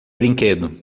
brinquedo